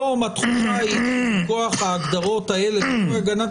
היום --- כוח ההגדרות האלה בתחום הגנת